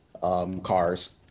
cars